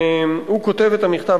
הוא כותב את המכתב,